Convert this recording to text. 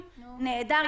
נהדר,